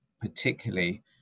particularly